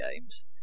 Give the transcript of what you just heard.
games